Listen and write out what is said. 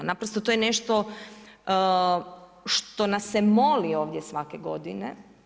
Naprosto, to je nešto što nas se moli ovdje svake godine.